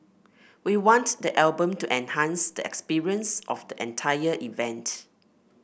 we want the album to enhance the experience of the entire event